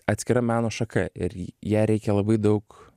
atskira meno šaka ir į ją reikia labai daug